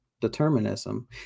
determinism